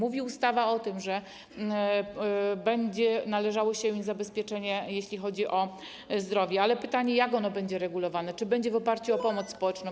Ustawa mówi o tym, że będzie się należało zabezpieczenie, jeśli chodzi o zdrowie, ale jest pytanie, jak ono będzie regulowane, czy to będzie w oparciu o pomoc społeczną.